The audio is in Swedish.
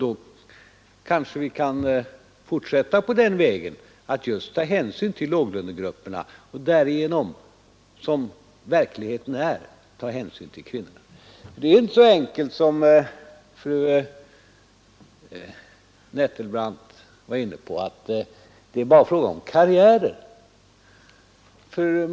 Då kanske vi kan fortsätta på den vägen att just ta hänsyn till låglönegrupperna och därigenom, som verkligheten är, ta hänsyn till kvinnorna. Det är inte så enkelt som fru Nettelbrandt sade att det här bara är fråga om karriärer.